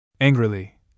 Angrily